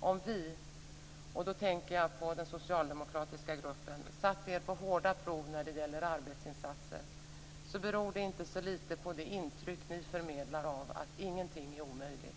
Om vi - och då tänker jag på den socialdemokratiska gruppen - satt er på hårda prov när det gäller arbetsinsatser beror det inte så lite på det intryck ni förmedlar av att ingenting är omöjligt.